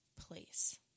place